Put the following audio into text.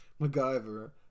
MacGyver